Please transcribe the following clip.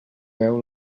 veu